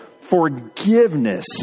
forgiveness